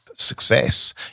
success